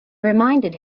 reminded